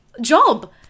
job